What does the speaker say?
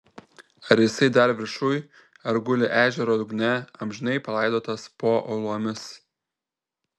ar jisai dar viršuj ar guli ežero dugne amžinai palaidotas po uolomis